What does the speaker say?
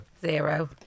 Zero